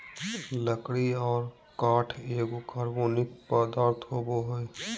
लकड़ी और काष्ठ एगो कार्बनिक पदार्थ होबय हइ